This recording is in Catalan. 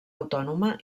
autònoma